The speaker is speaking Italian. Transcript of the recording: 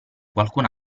qualcun